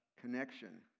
connection